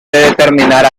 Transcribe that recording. determinar